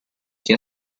che